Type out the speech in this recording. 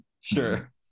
Sure